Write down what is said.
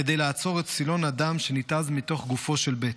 כדי לעצור את סילון הדם שניתז מתוך גופו של ב'.